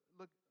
look